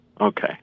Okay